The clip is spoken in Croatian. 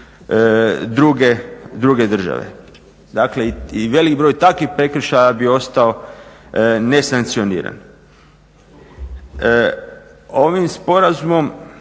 druge države. Dakle i velik broj takvih prekršaja bi ostao nesankcioniran. Ovim sporazumom